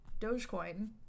Dogecoin